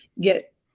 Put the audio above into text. get